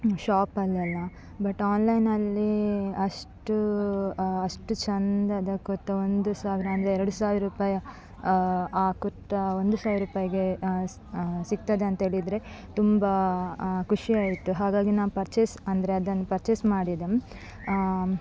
ಶಾಪಲ್ಲೆಲ್ಲ but ಆನ್ಲೈನಲ್ಲಿ ಅಷ್ಟು ಅಷ್ಟು ಚೆಂದದ ಕುರ್ತಾ ಒಂದು ಸಾವಿರ ಅಂದರೆ ಎರಡು ಸಾವಿರ ರೂಪಾಯಿಯ ಆ ಕುರ್ತಾ ಒಂದು ಸಾವಿರ ರೂಪಾಯಿಗೆ ಸಿಗ್ತದೆ ಅಂತ್ಹೇಳಿದ್ರೆ ತುಂಬ ಖುಷಿಯಾಯಿತು ಹಾಗಾಗಿ ನಾನು ಪರ್ಚೇಸ್ ಅಂದರೆ ಅದನ್ನು ಪರ್ಚೇಸ್ ಮಾಡಿದೆ